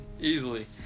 easily